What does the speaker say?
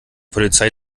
polizei